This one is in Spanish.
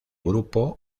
grupo